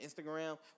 Instagram